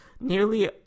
nearly